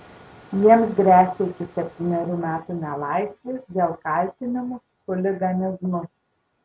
jiems gresia iki septynerių metų nelaisvės dėl kaltinimų chuliganizmu